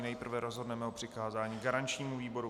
Nejprve rozhodneme o přikázání garančnímu výboru.